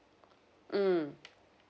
mm